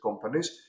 companies